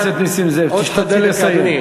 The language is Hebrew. חבר הכנסת נסים זאב, תשתדל לסיים.